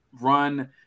run